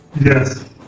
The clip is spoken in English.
yes